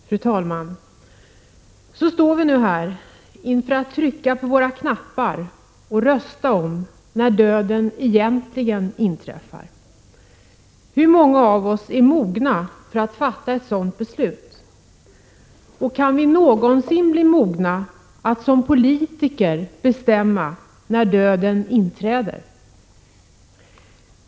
Fru talman! Så står vi nu här, inför att trycka på våra knappar och rösta om när döden egentligen inträffar. Hur många av oss är mogna för att fatta ett sådant beslut? Kan vi någonsin bli mogna att som politiker bestämma när döden inträder?